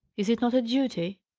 is it not a duty?